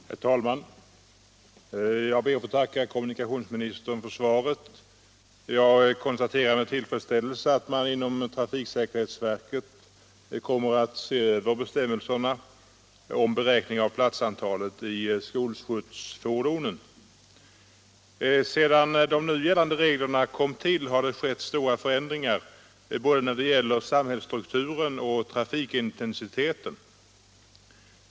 Herr talman! Jag ber att få tacka kommunikationsministern för svaret. Jag konstaterar med tillfredsställelse att man inom trafiksäkerhetsverket kommer att se över bestämmelserna om beräkning av platsantalet i skol skjutsfordon. Sedan nu gällande regler kom till har det skett stora förändringar då det gäller både samhällsstruktur och trafikintensitet.